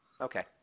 Okay